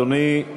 תודה רבה, אדוני.